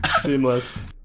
seamless